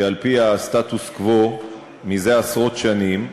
שעל-פי הסטטוס-קוו זה עשרות שנים,